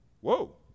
Whoa